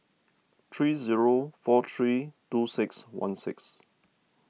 three zero four three two six one six